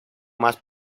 más